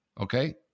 Okay